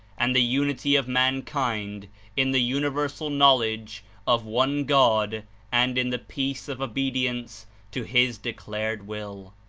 and the unity of mankind in the universal knowledge of one god and in the peace of obedience to his declared will.